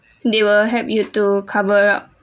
they will help you to cover up